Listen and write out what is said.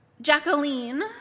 Jacqueline